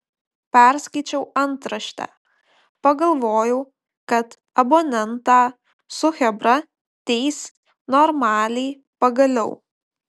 perskaičiau antraštę pagalvojau kad abonentą su chebra teis normaliai pagaliau